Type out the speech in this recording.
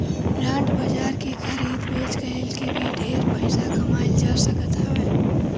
bond बाजार के खरीद बेच कई के भी ढेर पईसा कमाईल जा सकत हवे